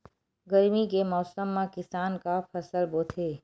गरमी के मौसम मा किसान का फसल बोथे?